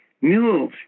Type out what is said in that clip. Mules